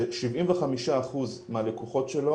ש-75% מהלקוחות שלו